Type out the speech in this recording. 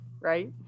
right